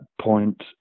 point